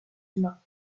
humains